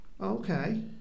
Okay